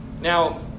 Now